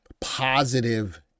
positive